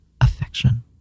Affection